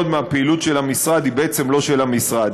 מהפעילות של המשרד היא בעצם לא של המשרד,